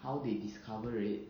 how they discover it